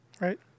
Right